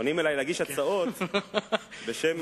פונים אלי להגיש הצעות בשם האוכלוסייה הערבית.